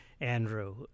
Andrew